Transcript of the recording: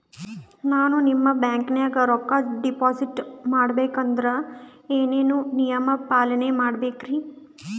ನಾನು ನಿಮ್ಮ ಬ್ಯಾಂಕನಾಗ ರೊಕ್ಕಾ ಡಿಪಾಜಿಟ್ ಮಾಡ ಬೇಕಂದ್ರ ಏನೇನು ನಿಯಮ ಪಾಲನೇ ಮಾಡ್ಬೇಕ್ರಿ?